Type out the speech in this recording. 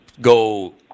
go